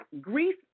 grief